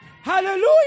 Hallelujah